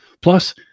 Plus